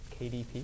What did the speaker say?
KDP